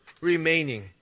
remaining